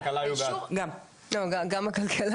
כלכלה